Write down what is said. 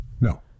no